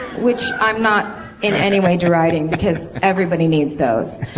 which i'm not in any way deriding, because everybody needs those.